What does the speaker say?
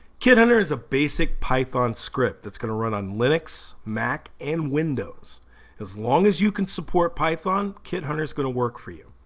kit under is a basic python script that's gonna run on linux mac and windows as long as you can support python kid hunter is gonna work for you